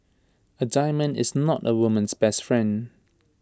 A diamond is not A woman's best friend